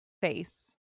face